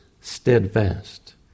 steadfast